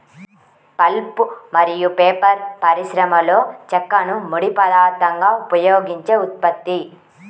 pulp మరియు paper పరిశ్రమలోచెక్కను ముడి పదార్థంగా ఉపయోగించే ఉత్పత్తి